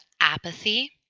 apathy